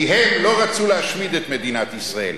כי הם לא רצו להשמיד את מדינת ישראל.